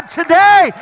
today